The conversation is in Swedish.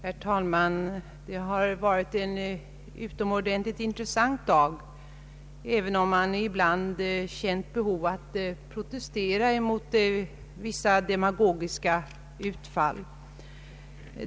Herr talman! Det har varit en utomordentligt intressant dag, även om man ibland känt behov av att protestera mot vissa demagogiska utfall.